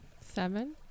Seven